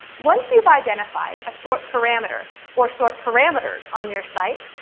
once you identify a sort parameter or sort parameters on your site,